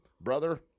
brother